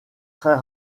très